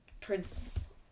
Prince